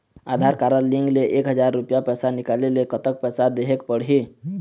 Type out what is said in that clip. आधार card link ले एक हजार रुपया पैसा निकाले ले कतक पैसा देहेक पड़ही?